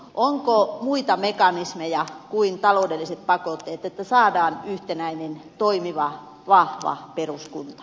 onko muita mekanismeja kuin taloudelliset pakotteet että saadaan yhtenäinen toimiva vahva peruskunta